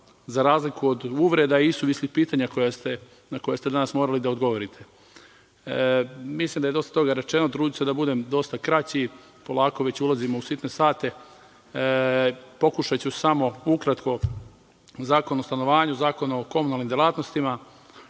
za razliku od uvreda i suvislih pitanja na koja ste danas morali da odgovorite. Mislim da je dosta toga rečeno i trudiću se da budem dosta kraći, jer polako već ulazimo u sitne sate. Pokušaću samo ukratko, Zakon o stanovanju, Zakon o komunalnim delatnostima